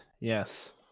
yes